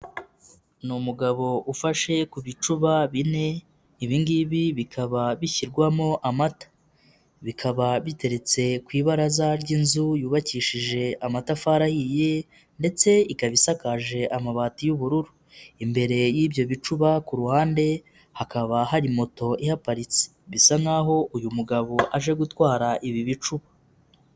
Ni umugabo ufashe ku bicuba bine, ibi ngibi bikaba bishyirwamo amata. Bikaba biteretse ku ibaraza ry'inzu yubakishije amatafariye ndetse ikaba isakaje amabati y'ubururu. Imbere y'ibyo bicuba ku ruhande, hakaba hari moto iparitse. Bisa uyu mugabo aje gutwara ibi bicu.